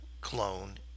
clone